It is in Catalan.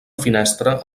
finestra